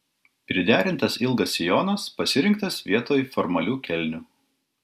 priderintas ilgas sijonas pasirinktas vietoj formalių kelnių